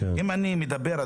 אם אני מדבר,